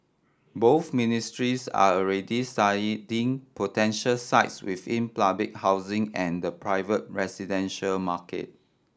both ministries are already studying potential sites within public housing and the private residential market